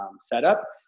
setup